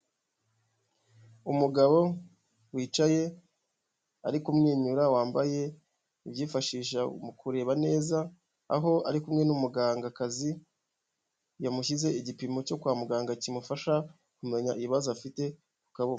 Umugabo wicaye ari kumwenyura wambaye ibyifashishwa mu kureba neza aho ari kumwe n'umugangakazi yamushyize igipimo cyo kwa muganga kimufasha kumenya ibibazo afite ku kaboko.